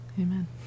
Amen